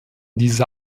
dieser